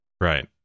Right